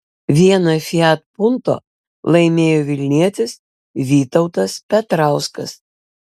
vieną fiat punto laimėjo vilnietis vytautas petrauskas